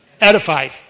Edifies